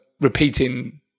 repeating